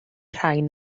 rhain